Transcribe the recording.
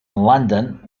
london